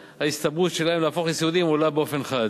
ההסתברות שלהם להפוך לסיעודיים עולה באופן חד.